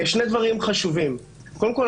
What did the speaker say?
שני דברים חשובים: קודם כל,